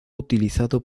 utilizado